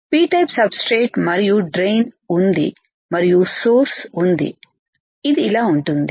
P type substrate మరియు drain ఉంది మరియు సోర్స్ ఉంది ఇది ఇలా ఉంటుంది